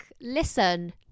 listen